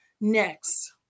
Next